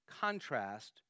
contrast